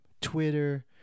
Twitter